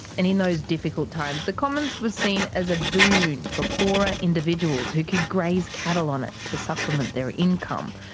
and in those difficult times, the commons was seen as a boon for poorer individuals who could graze cattle on it to supplement their income.